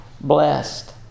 blessed